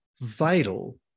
vital